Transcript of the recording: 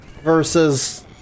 Versus